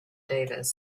davis